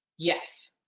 yes,